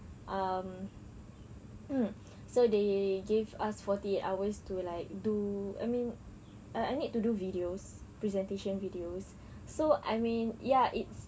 um hmm so they gave us forty hours to like do I mean uh I need to do videos presentation videos so I mean ya it's